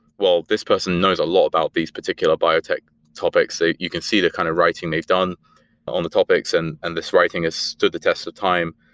well, this person knows a lot about these particular biotech topics. you can see they're kind of writing. they've done on the topics and and this writing has stood the test of time.